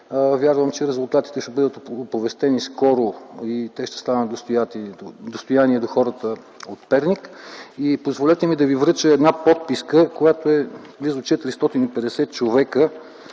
Вярвам, че резултатите ще бъдат оповестени скоро и ще станат достояние на хората от Перник. Позволете ми да Ви връча една подписка от близо 450 човека,